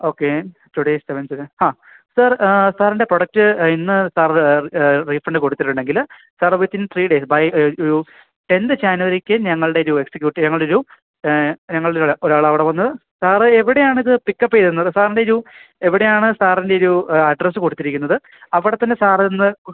okay today സെവൻതിന് seven ആ sir സാറിൻ്റെ പ്രൊഡക്റ്റ് ഇന്ന് സാർ റീഫണ്ട് കൊടുത്തിട്ടുണ്ടെങ്കില് sir within three days by tenth ജാനുവരിക്ക് ഞങ്ങളുടെയൊരു എക്സിക്യൂട്ടീവ് ഞങ്ങളുടെയൊരു ഞങ്ങളുടെ ഒരാള് അവിടെ വന്ന് സാര് എവിടെയാണിത് പിക്കപ്പ് ചെയ്യുന്നത് സാറിൻ്റെ എവിടെയാണ് സാറിൻ്റെ ഒരു അഡ്രസ്സ് കൊടുത്തിരിക്കുന്നത് അവിടെത്തന്നെ സാര് ഇന്ന്